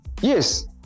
Yes